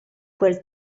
quel